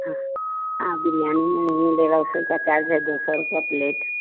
हाँ बिरयानी मिलेगा उसका चार्ज है दो सौ रुपये प्लेट